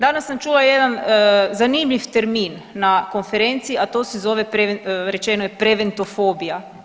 Danas sam čula jedan zanimljivi termin na konferenciji, a to se zove rečeno preventofobija.